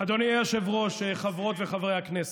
אדוני היושב-ראש, חברות וחברי הכנסת,